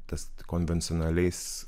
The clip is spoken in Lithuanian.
tas konvencionaliais